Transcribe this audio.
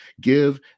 Give